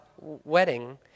wedding